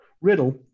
Riddle